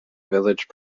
village